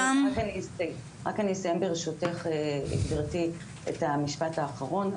רק אני אסיים ברשותך גבירתי את המשפט האחרון.